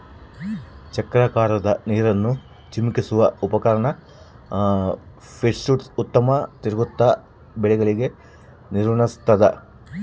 ಚಕ್ರಾಕಾರದಾಗ ನೀರನ್ನು ಚಿಮುಕಿಸುವ ಉಪಕರಣ ಪಿವೋಟ್ಸು ಸುತ್ತಲೂ ತಿರುಗ್ತ ಬೆಳೆಗಳಿಗೆ ನೀರುಣಸ್ತಾದ